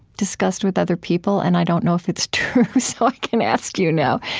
discussed with other people, and i don't know if it's true, so i can ask you now.